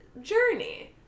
journey